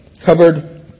covered